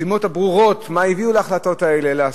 הסיבות הברורות מה הביא להחלטות האלה להסלים,